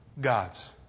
God's